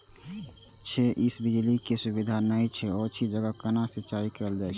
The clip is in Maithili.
छै इस पर बिजली के सुविधा नहिं छै ओहि जगह केना सिंचाई कायल जाय?